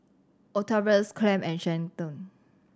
Octavius Clem and Shelton